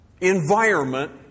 environment